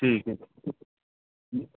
ٹھیک ہے